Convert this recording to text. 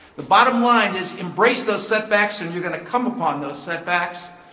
the bottom line is embrace those setbacks and you're going to come upon those setbacks.